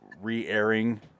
re-airing